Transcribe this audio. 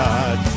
God